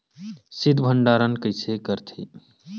शीत भंडारण कइसे करथे?